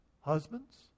Husbands